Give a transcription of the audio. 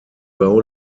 bau